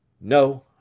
No